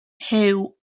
huw